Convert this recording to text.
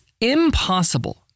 impossible